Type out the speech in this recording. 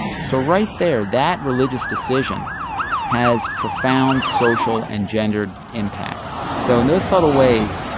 so right there, that religious decision has profound social and gendered impacts so in those subtle ways,